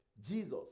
Jesus